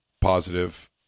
positive